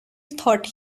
thought